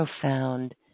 profound